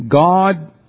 God